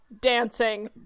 dancing